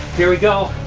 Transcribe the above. here we go.